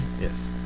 Yes